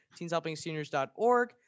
teenshelpingseniors.org